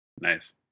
nice